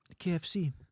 KFC